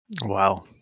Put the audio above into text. Wow